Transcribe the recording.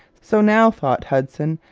so now thought hudson,